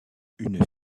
une